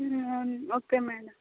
అవును okay madam